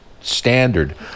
standard